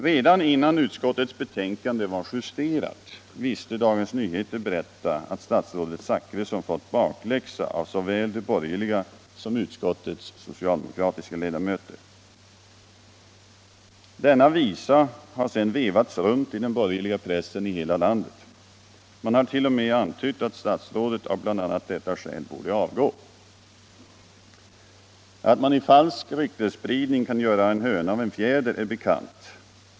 Dagens Nyheter visste berätta redan innan utskottets betänkande var justerat, att statsrådet Zachrisson fått bakläxa av såväl de borgerliga som utskottets socialdemokrater. Denna visa har sedan vevats runt i den borgerliga pressen i hela landet. Man har t.o.m. antytt att statsrådet av bl.a. detta skäl borde avgå. Att man i falsk ryktesspridning kan göra en höna av en fjäder är bekant.